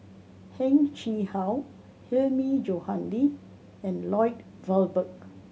Heng Chee How Hilmi Johandi and Lloyd Valberg